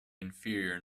inferior